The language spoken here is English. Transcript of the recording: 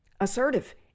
assertive